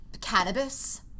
cannabis